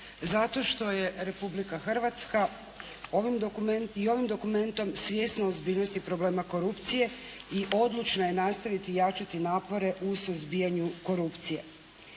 zato što je Republika Hrvatska i ovim dokumentom svjesna ozbiljnosti problema korupcije i odlučna je nastaviti jačati napore u suzbijanju korupcije.